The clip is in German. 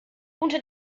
unter